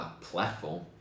platform